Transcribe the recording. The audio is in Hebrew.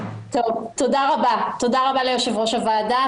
תודה רבה ליושב-ראש הוועדה,